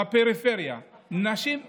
בפריפריה, נשים חד-הוריות,